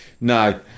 no